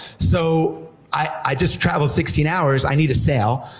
so i just traveled sixteen hours, i need a sale,